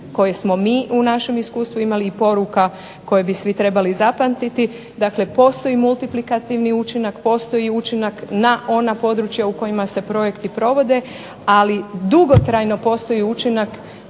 koje smo mi u našem iskustvu imali i poruka koje bi svi trebali zapamtiti. Dakle postoji multiplikativni učinak, postoji učinak na ona područja u kojima se projekti provode, ali dugotrajno postoji učinak